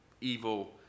evil